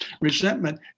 Resentment